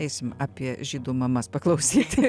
eisim apie žydų mamas paklausyti